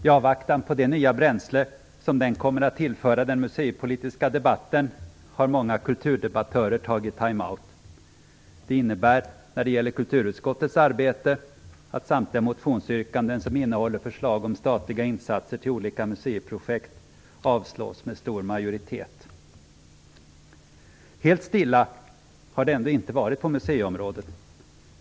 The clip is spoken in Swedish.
I avvaktan på det nya bränsle som den kommer att tillföra den museipolitiska debatten har många kulturdebattörer tagit time-out. När det gäller kulturutskottets arbete innebär det att samtliga motionsyrkanden som innehåller förslag om statliga insatser till olika museiprojekt avstyrks med stor majoritet. Helt stilla har det ändå inte varit på museiområdet.